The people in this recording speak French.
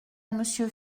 monsieur